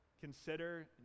Consider